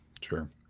sure